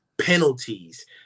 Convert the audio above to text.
penalties